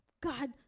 God